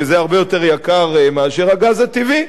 שזה הרבה יותר יקר מהגז הטבעי,